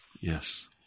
Yes